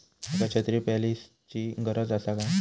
माका छत्री पॉलिसिची गरज आसा काय?